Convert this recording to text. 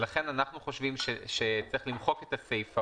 לכן אנחנו חושבים שצריך למחוק את הסיפה